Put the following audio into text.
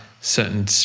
certain